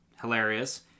hilarious